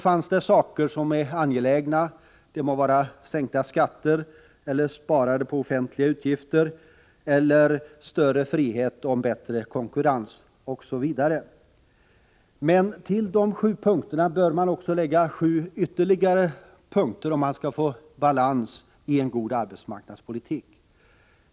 Han nämnde några angelägna åtgärder, t.ex. sänkta skatter, sparande på offentliga utgifter, större frihet och bättre konkurrens osv. Till dessa sju punkter bör emellertid läggas sju ytterligare punkter, om vi skall få balans i en god arbetsmarknadspolitik.